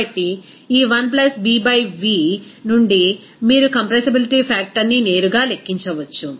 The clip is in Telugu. కాబట్టి ఈ 1 B yv నుండి మీరు కంప్రెసిబిలిటీ ఫ్యాక్టర్ని నేరుగా లెక్కించవచ్చు